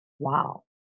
Wow